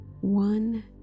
one